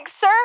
sir